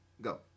Go